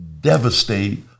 devastate